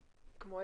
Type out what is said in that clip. כמו?